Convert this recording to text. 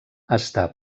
està